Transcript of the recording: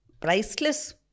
priceless